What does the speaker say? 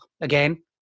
Again